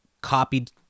copied